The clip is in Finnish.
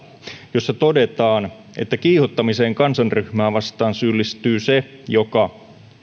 jossa todetaan että kiihottamiseen kansanryhmää vastaan syyllistyy se joka